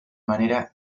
manera